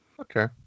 okay